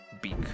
beak